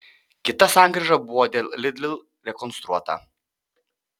kita sankryža buvo dėl lidl rekonstruota